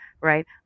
Right